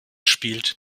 spielt